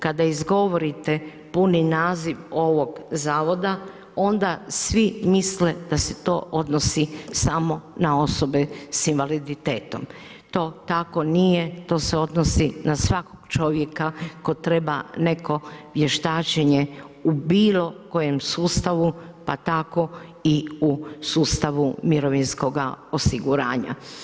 Kada izgovorite puni naziv ovog Zavoda onda svi misle da se to odnosi samo na osobe s invaliditetom, to tako nije, to se odnosi na svakog čovjeka tko treba neko vještačenje u bilo kojem sustavu, pa tako i u sustavu mirovinskoga osiguranja.